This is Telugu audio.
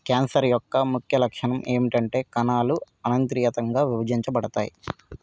క్యాన్సర్ యొక్క ముఖ్య లక్షణం ఏమిటంటే కణాలు అనంత్రియతంగా విభజించబడతాయి